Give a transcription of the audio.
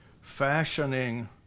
fashioning